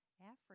Africa